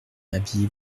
habillez